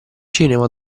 cinema